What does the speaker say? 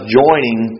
joining